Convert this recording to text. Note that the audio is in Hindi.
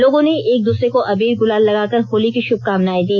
लोगों ने एक दूसरे को अबीर गुलाल लगाकर होली की शुभकामनाएं दी